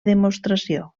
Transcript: demostració